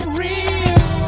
real